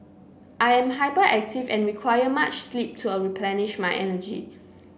I am hyperactive and require much sleep to a replenish my energy